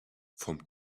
vom